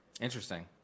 Interesting